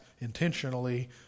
intentionally